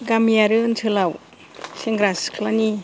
गामियारि ओनसोलाव सेंग्रा सिख्लानि